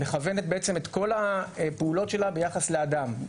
מכוונת בעצם את כל הפעולות שלה ביחס לאדם,